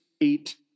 eight